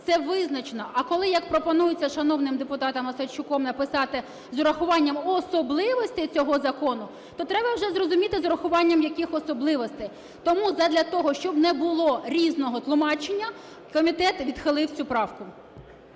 це визначено, а коли, як пропонується шановним депутатом Осадчуком, написати "з урахуванням особливостей цього закону", то треба вже зрозуміти, з урахуванням яких особливостей. Тому задля того, щоб не було різного тлумачення, комітет відхилив цю правку.